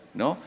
no